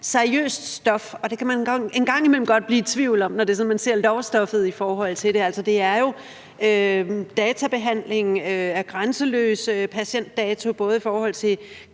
seriøst stof, og det kan man en gang imellem godt blive i tvivl om det er, når man ser lovstoffet i forhold til det. Altså, det er jo databehandling af grænseløse patientdata, både i forhold til